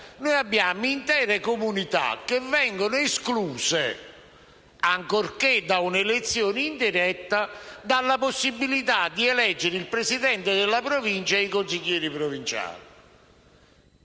vi sono intere comunità che vengono escluse, ancorché da un'elezione indiretta, dalla possibilità di eleggere il presidente della Provincia ed i consiglieri provinciali.